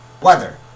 weather